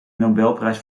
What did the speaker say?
nobelprijs